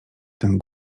ten